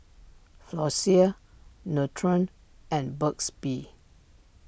Floxia Nutren and Burt's Bee